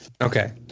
Okay